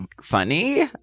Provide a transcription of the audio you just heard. funny